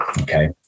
okay